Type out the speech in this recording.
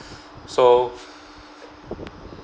so